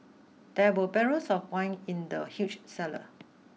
there were barrels of wine in the huge cellar